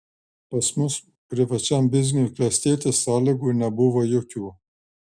pas mus privačiam bizniui klestėti sąlygų nebuvo jokių